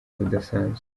budasanzwe